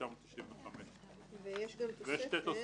1995." יש שתי תוספות: